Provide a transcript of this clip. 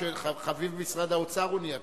חביב משרד האוצר הוא נהיה.